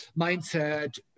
mindset